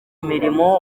imirimo